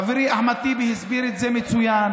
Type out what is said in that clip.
חברי אחמד טיבי הסביר את זה מצוין.